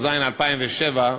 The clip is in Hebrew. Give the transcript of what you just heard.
התשס"ז 2007,